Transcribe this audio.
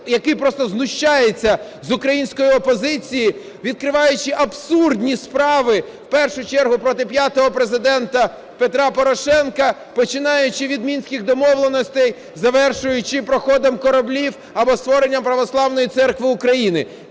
який просто знущається з української опозиції, відкриваючи абсурдні справи в першу чергу проти п'ятого Президента – Петра Порошенка, починаючи від Мінських домовленостей, завершуючи проходом кораблів, або створенням Православної Церкви України.